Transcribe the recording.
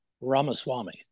Ramaswamy